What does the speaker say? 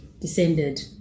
descended